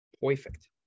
Perfect